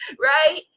right